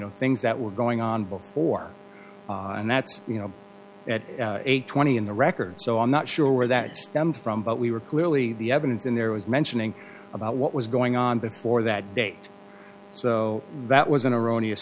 know things that were going on before and that's you know at eight twenty in the record so i'm not sure where that stemmed from but we were clearly the evidence in there was mentioning about what was going on before that date so that was an erroneous